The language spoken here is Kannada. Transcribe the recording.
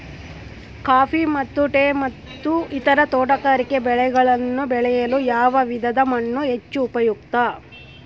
ಕಾಫಿ ಮತ್ತು ಟೇ ಮತ್ತು ಇತರ ತೋಟಗಾರಿಕೆ ಬೆಳೆಗಳನ್ನು ಬೆಳೆಯಲು ಯಾವ ವಿಧದ ಮಣ್ಣು ಹೆಚ್ಚು ಉಪಯುಕ್ತ?